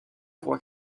roi